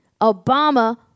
Obama